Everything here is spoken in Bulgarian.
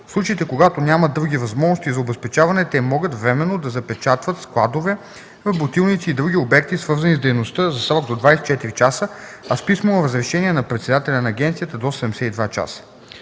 В случаите когато няма други възможности за обезпечаване, те могат временно да запечатват складове, работилници и други обекти, свързани с дейността, за срок до 24 часа, а с писмено разрешение на председателя на агенцията – до 72 часа.